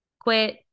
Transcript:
quit